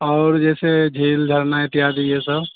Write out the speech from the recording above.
اور جیسے جھیل جھرنا اتحادی یہ سب